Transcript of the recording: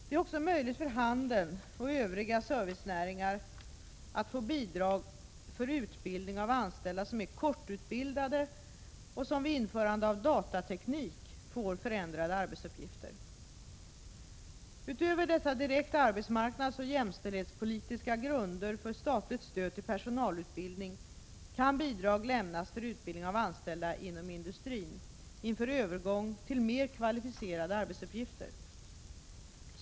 Det är också möjligt för handeln och den övriga servicenäringen att få bidrag för utbildning av anställda som är kortutbildade och som vid införande av datateknik får förändrade arbetsuppgifter. Utöver dessa direkt arbetsmarknadsoch jämställdhetspolitiska grunder för statligt stöd till personalutbildning kan bidrag även lämnas för utbildning av anställda inom industrin inför övergång till mer kvalificerade arbetsuppgifter.